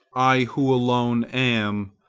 i who alone am,